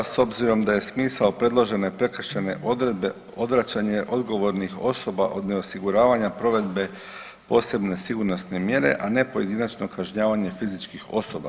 S obzirom da je smisao predložene prekršajne odredbe odvraćanje odgovornih osoba od neosiguravanja provedbe posebne sigurnosne mjere, a ne pojedinačno kažnjavanje fizičkih osoba.